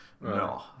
No